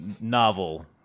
novel-